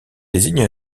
désigne